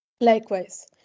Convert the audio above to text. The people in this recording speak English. Likewise